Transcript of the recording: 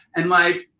and like,